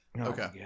Okay